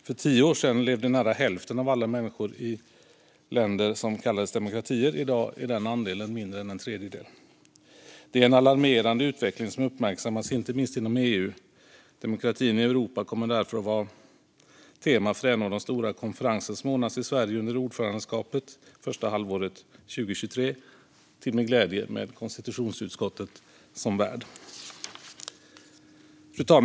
För tio år sedan levde nära hälften av alla människor i länder som kallades demokratier. I dag är den andelen mindre än en tredjedel. Det är en alarmerande utveckling som uppmärksammas inte minst inom EU. Demokratin i Europa kommer därför att vara tema för en av de stora konferenser som anordnas i Sverige under ordförandeskapet första halvåret 2023, till min glädje med konstitutionsutskottet som värd. Fru talman!